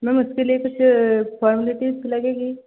ma'am उसके लिए कुछ फ़ॉरमेलिटीज़ लगेगी